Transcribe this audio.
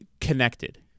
connected